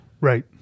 Right